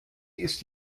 ist